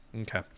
Okay